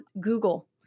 Google